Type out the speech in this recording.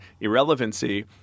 irrelevancy